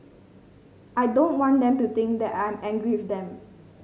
I don't want them to think that I am angry with them